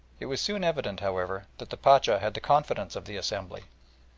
it was soon evident, however, that the pacha had the confidence of the assembly.